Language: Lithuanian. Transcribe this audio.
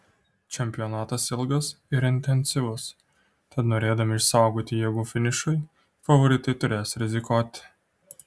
čempionatas ilgas ir intensyvus tad norėdami išsaugoti jėgų finišui favoritai turės rizikuoti